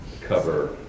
cover